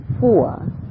Four